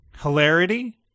Hilarity